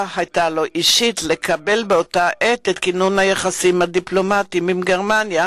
היה לו אישית לקבל באותה העת את כינון היחסים הדיפלומטיים עם גרמניה,